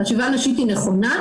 חשיבה נשית היא נכונה,